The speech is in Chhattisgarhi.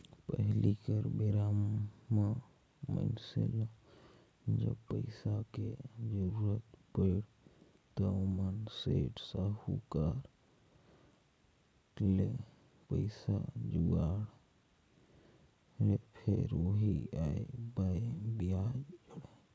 पहिली कर बेरा म मइनसे ल जब पइसा के जरुरत पड़य त ओमन सेठ, साहूकार करा ले पइसा जुगाड़य, फेर ओही आंए बांए बियाज जोड़य